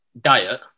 diet